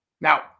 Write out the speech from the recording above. Now